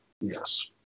yes